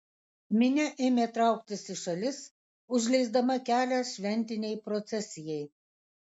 minia ėmė trauktis į šalis užleisdama kelią šventinei procesijai